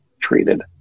treated